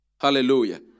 Hallelujah